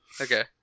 Okay